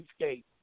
escape